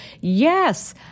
yes